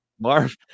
marv